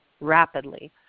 rapidly